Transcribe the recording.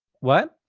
what?